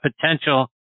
potential